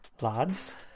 Lads